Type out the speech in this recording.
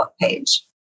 page